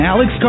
Alex